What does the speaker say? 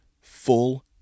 full